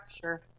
sure